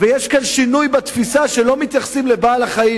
ויש כאן שינוי בתפיסה שלא מתייחסים לבעל-החיים